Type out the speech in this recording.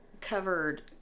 covered